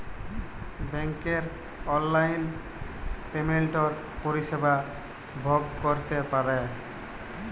ব্যাংকের অললাইল পেমেল্টের পরিষেবা ভগ ক্যইরতে পারি